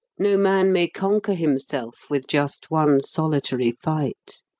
no man may conquer himself with just one solitary fight.